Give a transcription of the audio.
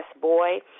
boy